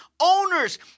owners